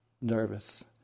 nervous